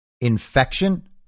infection